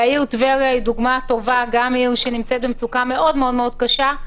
העיר טבריה היא דוגמה טובה גם לעיר שנמצאת במצוקה מאוד מאוד מאוד קשה.